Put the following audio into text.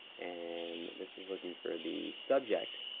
and this is looking for the subject.